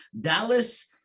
Dallas